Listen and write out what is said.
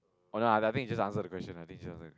oh na I think you just answer the question I teach you outside